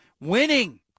Winning